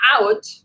out